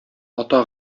ата